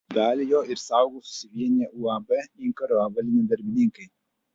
dalį jo ir saugo susivieniję uab inkaro avalynė darbininkai